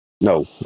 No